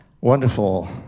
wonderful